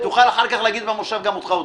כשתוכל להגיד במושב שגם אותך הוציאו.